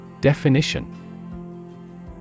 Definition